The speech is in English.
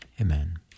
Amen